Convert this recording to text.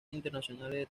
international